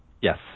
Yes